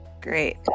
great